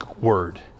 word